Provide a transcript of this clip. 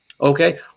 Okay